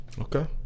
Okay